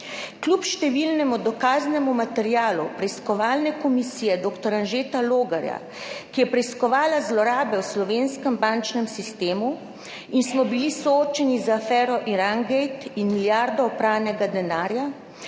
Kljub številnemu dokaznemu materialu preiskovalne komisije dr. Anžeta Logarja, ki je preiskovala zlorabe v slovenskem bančnem sistemu in smo bili soočeni z afero Irangate in milijardo opranega denarja,